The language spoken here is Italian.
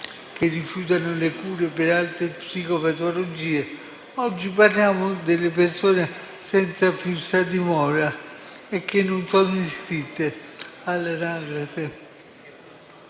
che rifiutano le cure per altre psicopatologie. Oggi parliamo delle persone senza fissa dimora che non sono iscritte all'anagrafe.